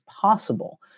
possible